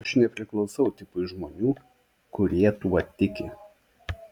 aš nepriklausau tipui žmonių kurie tuo tiki